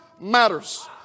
Matters